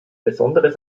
besonderes